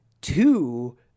two